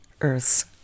Earth's